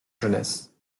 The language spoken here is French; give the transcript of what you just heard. jeunesse